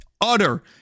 utter